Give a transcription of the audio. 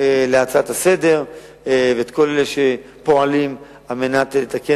של ההצעות לסדר-היום ואת כל אלה שפועלים על מנת לתקן